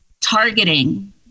targeting